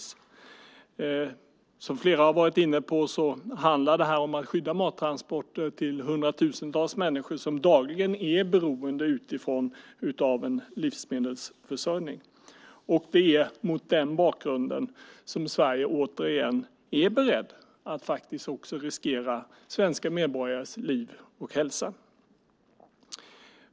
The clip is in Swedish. Som flera har varit inne på handlar det om att skydda mattransporter till hundratusentals människor som dagligen är beroende av en livsmedelsförsörjning. Det är mot denna bakgrund som Sverige återigen är berett att riskera svenska medborgares liv och hälsa.